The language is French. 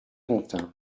contint